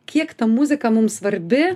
kiek ta muzika mums svarbi